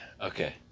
Okay